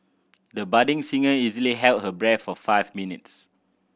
the budding singer easily held her breath for five minutes